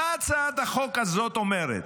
מה הצעת החוק הזו אומרת?